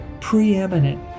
preeminent